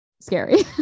scary